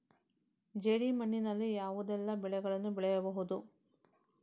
ಜೇಡಿ ಮಣ್ಣಿನಲ್ಲಿ ಯಾವುದೆಲ್ಲ ಬೆಳೆಗಳನ್ನು ಬೆಳೆಯಬಹುದು?